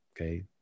Okay